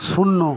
শূন্য